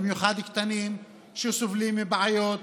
במיוחד הקטנים שסובלים מבעיות